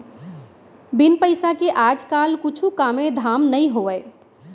बिन पइसा के आज काल कुछु कामे धाम नइ होवय